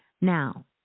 Now